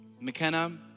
McKenna